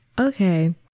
okay